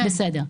בסדר.